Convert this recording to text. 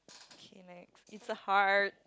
okay next it's a heart